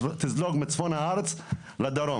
היא תזלוג מצפון הארץ לדרום.